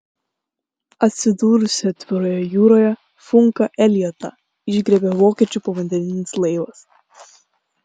atsidūrusį atviroje jūroje funką eliotą išgriebė vokiečių povandeninis laivas